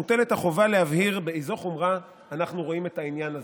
מוטלת החובה להבהיר באיזה חומרה אנחנו רואים את העניין הזה".